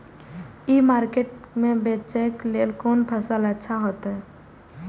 ई market में बेचेक लेल कोन फसल अच्छा होयत?